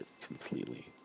completely